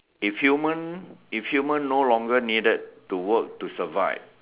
if human if human no longer needed to work to survive